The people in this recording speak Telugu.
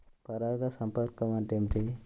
పరాగ సంపర్కం అంటే ఏమిటి?